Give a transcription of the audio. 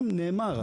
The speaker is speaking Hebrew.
השתנה.